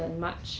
Dove